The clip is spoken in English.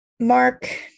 mark